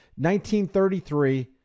1933